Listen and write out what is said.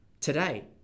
Today